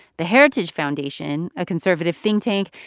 the heritage foundation, a conservative think tank,